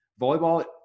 Volleyball